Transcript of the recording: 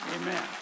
amen